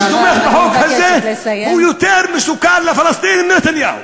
מי שתומך בחוק הזה הוא יותר מסוכן לפלסטינים מנתניהו,